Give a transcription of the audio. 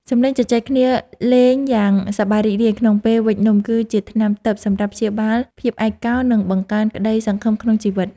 សម្លេងជជែកគ្នាលេងយ៉ាងសប្បាយរីករាយក្នុងពេលវេចនំគឺជាថ្នាំទិព្វសម្រាប់ព្យាបាលភាពឯកោ និង បង្កើនក្ដីសង្ឃឹមក្នុងជីវិត។